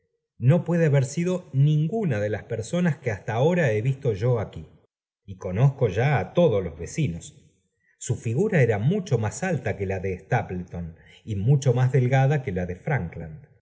no puede haber sido ninguna de las personas que hasta ahora he visto yo aquí y conozco ya á todos los vecinos su figura era mucho más alta que la de stapleton y mucho más delgada que la de frankland